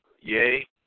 yay